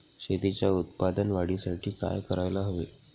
शेतीच्या उत्पादन वाढीसाठी काय करायला हवे?